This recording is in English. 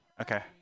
Okay